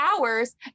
hours